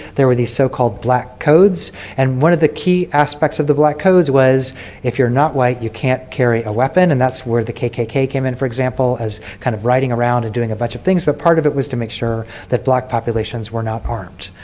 there were these so called black codes and one of the key aspects of the black codes was if you're not white, you can't carry a weapon and that's where the kkk came in, for example, as kind of riding around and doing a bunch of things but part of it was to make sure that black populations were not armed.